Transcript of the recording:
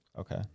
Okay